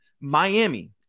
miami